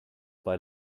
bei